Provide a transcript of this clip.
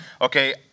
okay